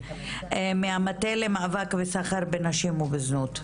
מהמטה למאבק וסחר בנשים ובזנות.